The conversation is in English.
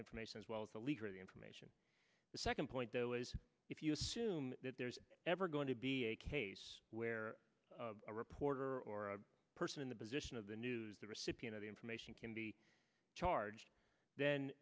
information as well as the leader of the information the second point though is if you assume that there's ever going to be a case where a reporter or person in the position of the news the recipient of the information can be charged then